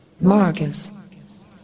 Marcus